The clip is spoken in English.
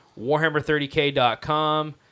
warhammer30k.com